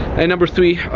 and number three,